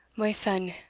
my son,